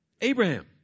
Abraham